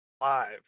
Live